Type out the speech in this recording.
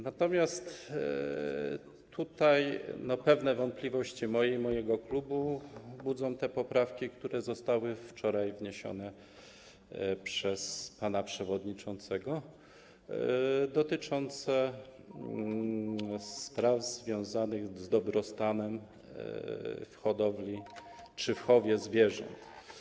Natomiast pewne wątpliwości moje i mojego klubu budzą te poprawki, które zostały wczoraj wniesione przez pana przewodniczącego, dotyczące spraw związanych z dobrostanem w hodowli czy w chowie zwierząt.